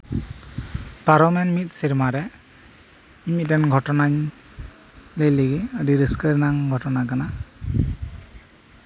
ᱯᱟᱨᱚᱢᱮᱱ ᱢᱤᱫ ᱥᱮᱨᱢᱟᱨᱮ ᱤᱧ ᱢᱤᱫᱴᱟᱱ ᱜᱷᱚᱴᱚᱱᱟᱧ ᱞᱟᱹᱭ ᱞᱟᱹᱜᱤᱫ ᱟᱹᱰᱤ ᱨᱟᱹᱥᱠᱟᱹ ᱨᱮᱱᱟᱝ ᱜᱷᱚᱴᱚᱱᱟ ᱠᱟᱱᱟ